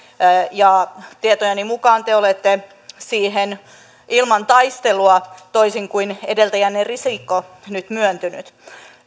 ja tietojeni mukaan te olette siihen ilman taistelua toisin kuin edeltäjänne risikko nyt myöntynyt